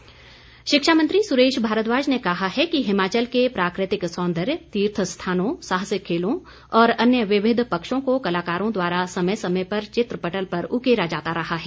भारद्वाज शिक्षा मंत्री सुरेश भारद्वाज ने कहा है कि हिमाचल के प्राकृतिक सौंदर्य तीर्थ स्थानों साहसिक खेलों और अन्य विविध पक्षों को कलाकारों द्वारा समय समय पर चित्र पटल पर उकेरा जाता रहा है